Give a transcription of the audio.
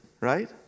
right